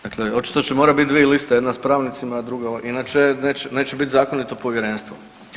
Dakle očito će morati biti dvije liste, jedna s pravnicima, a druga inače neće biti zakonito povjerenstvo.